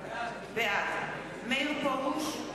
בעד מאיר פרוש,